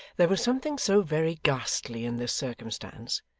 there was something so very ghastly in this circumstance,